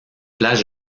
place